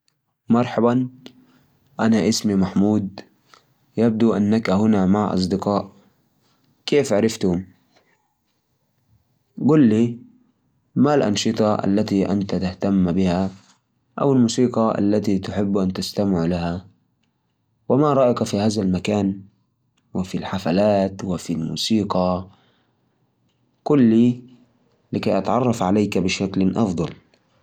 هلا والله، كيفك؟ أنا أبو أنس، شرفت بمعرفتك. إيش جابك هنا اليوم؟ أحب أتعرف على الناس، وأسمع قصصهم. كل واحد دايم عنده شي مميز. أنت من هنا، ولا جاي من مكان ثاني؟ ترا الجو هنا مرة حلو ومريح.